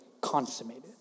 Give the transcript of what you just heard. consummated